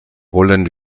wollen